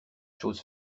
choses